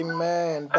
Amen